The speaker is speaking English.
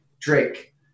Drake